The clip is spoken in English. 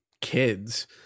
kids